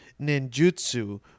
ninjutsu